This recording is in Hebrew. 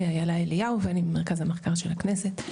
אילה אליהו ואני ממרכז המחקר של הכנסת,